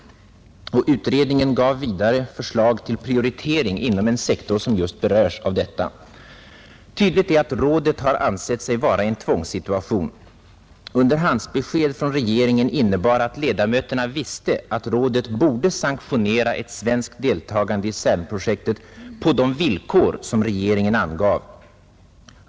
Utredningen gav vidare förslag till prioritering inom en sektor som just berörs av detta beslut om CERN. Tydligt är att rådet har ansett sig vara i en tvångssituation. Underhandsbesked från regeringen innebar att ledamöterna visste att rådet borde sanktionera ett svenskt deltagande i CERN-projektet på de villkor som regeringen angav.